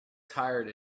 tired